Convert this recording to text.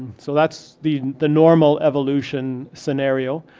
so that's the the normal evolution scenario.